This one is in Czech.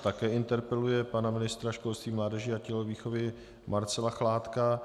Také interpeluje ministra školství, mládeže a tělovýchovy Marcela Chládka.